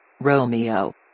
Romeo